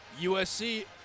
USC